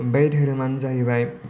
बे धोरोमानो जाहैबाय